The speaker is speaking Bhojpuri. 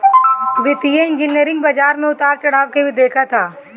वित्तीय इंजनियरिंग बाजार में उतार चढ़ाव के भी देखत हअ